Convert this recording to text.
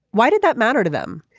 why did that matter to them.